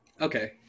Okay